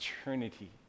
eternity